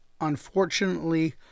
unfortunately